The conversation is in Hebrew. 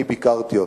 אני ביקרתי אותם.